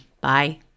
bye